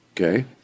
Okay